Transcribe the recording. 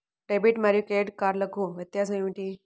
Debit మరియు credit కార్డ్లకు వ్యత్యాసమేమిటీ?